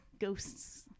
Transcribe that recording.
ghosts